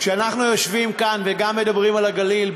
כשאנחנו יושבים כאן וגם מדברים על הגליל,